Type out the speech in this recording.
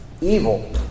evil